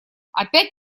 опять